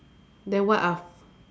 then what are